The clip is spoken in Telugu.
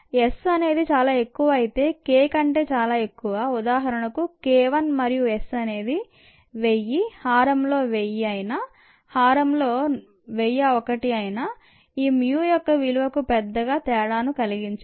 S అనేది చాలా ఎక్కువ అయితే K కంటే చాలా ఎక్కువ ఉదాహరణకు K 1 మరియు S అనేది 1000 హారంలో 1000 అయినా హారంలో 1001 అయినా ఈ mu యొక్క విలువకు పెద్దగా తేడా ను కలిగించదు